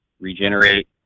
regenerate